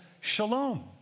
shalom